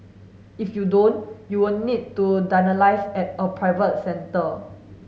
if you don't you will need to at a private centre